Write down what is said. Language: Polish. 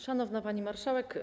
Szanowna Pani Marszałek!